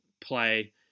play